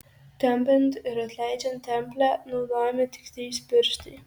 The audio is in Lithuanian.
tempiant ir atleidžiant templę naudojami tik trys pirštai